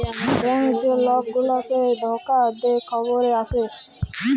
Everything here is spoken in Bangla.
ব্যংক যে লক গুলাকে ধকা দে খবরে আসে